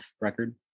record